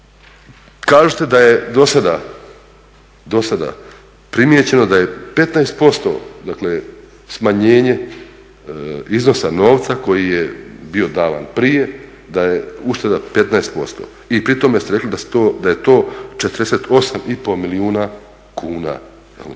kažete da je do sada primijećeno da je 15%, dakle smanjenje iznosa novca koji je bio davan prije, da je ušteda 15% i pri tome ste rekli da je to 48 i pol milijuna kuna.